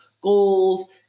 goals